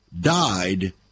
died